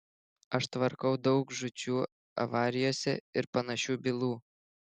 aš tvarkau daug žūčių avarijose ir panašių bylų